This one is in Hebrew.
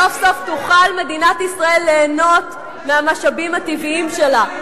סוף סוף תוכל ליהנות מהמשאבים הטבעיים שלה.